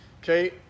Okay